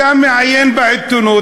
אתה מעיין בעיתונות,